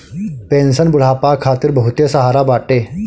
pension बुढ़ापा खातिर बहुते सहारा बाटे